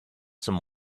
some